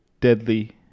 deadly